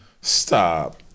stop